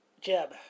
Jeb